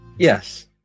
Yes